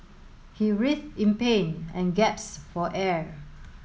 he writhed in pain and gasped for air